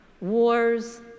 wars